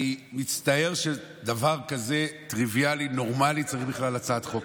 אני מצטער שדבר כזה טריוויאלי ונורמלי צריך בכלל הצעת חוק.